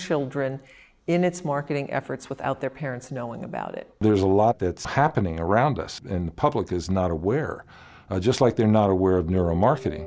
children in its marketing efforts without their parents knowing about it there's a lot that's happening around us and public is not aware just like they're not aware of neuromarketing